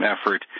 effort